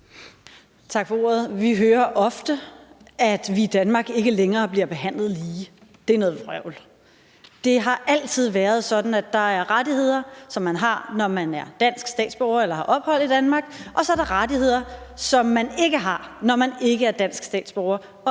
Tak for ordet. Vi hører ofte, at vi i Danmark ikke længere bliver behandlet lige; det er noget vrøvl. Det har altid været sådan, at der er rettigheder, som man har, når man er dansk statsborger eller har ophold i Danmark, og så er der rettigheder, som man ikke har, når man ikke er dansk statsborger